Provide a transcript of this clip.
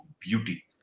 beauty